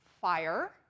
fire